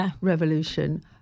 Revolution